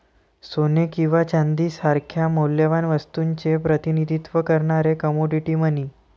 सोने किंवा चांदी सारख्या मौल्यवान वस्तूचे प्रतिनिधित्व करणारे कमोडिटी मनी